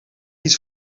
iets